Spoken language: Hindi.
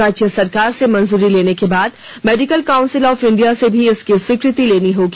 राज्य सरकार से मंजूरी लेने के बाद मेडिकल काउंसिल ऑफ इंडिया से भी इसकी स्वीकृति लेनी होगी